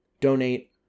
donate